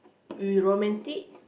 romantic